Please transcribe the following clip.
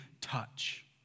touch